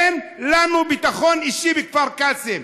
אין לנו ביטחון אישי בכפר קאסם.